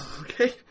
okay